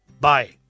Bye